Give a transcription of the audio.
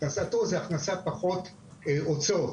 הכנסתו היא הכנסה פחות הוצאות,